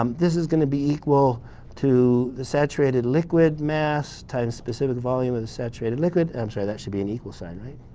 um this is going to be equal to the saturated liquid mass times specific volume of the saturated liquid. i'm sorry, that should be an equal sign, right?